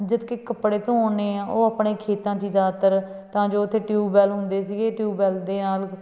ਜਦਕਿ ਕੱਪੜੇ ਧੋਣੇ ਆ ਉਹ ਆਪਣੇ ਖੇਤਾਂ 'ਚ ਜ਼ਿਆਦਾਤਰ ਤਾਂ ਜੋ ਉੱਥੇ ਟਿਊਬਵੈਲ ਹੁੰਦੇ ਸੀਗੇ ਟਿਊਬਵੈਲ ਦੇ ਨਾਲ